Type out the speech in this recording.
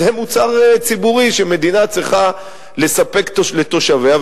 זה מוצר ציבורי שמדינה צריכה לספק לתושביה,